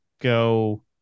go